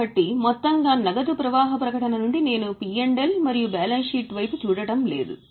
కాబట్టి మొత్తంగా నగదు ప్రవాహ ప్రకటన నుండి నేను పి ఎల్ మరియు బ్యాలెన్స్ షీట్ వైపు చూడటం లేదు